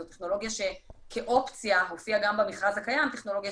זו טכנולוגיה שכאופציה הופיעה גם במכרז הקיים טכנולוגיה